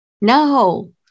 No